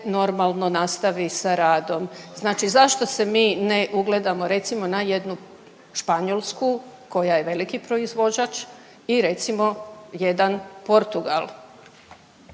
normalno nastavi sa radom. Znači zašto se mi ne ugledamo recimo na jednu Španjolsku koja je veliki proizvođač i recimo jedan Portugal?